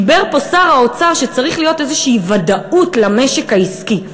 דיבר פה שר האוצר שצריכה להיות איזושהי ודאות למשק העסקי.